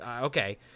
okay